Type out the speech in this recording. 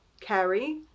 carry